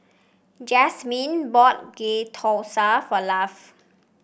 Jazmine bought Ghee Thosai for Lafe